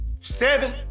Seven